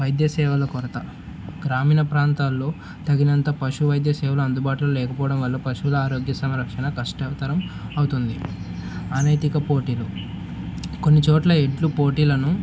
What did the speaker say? వైద్య సేవల కొరత గ్రామీణ ప్రాంతాల్లో తగినంత పశు వైద్య సేవలు అందుబాటులో లేకపోవడం వల్ల పశువుల ఆరోగ్య సంరక్షణ కష్టతరం అవుతుంది అనైతిక పోటీలు కొన్నిచోట్ల ఎడ్ల పోటీలను